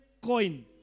coin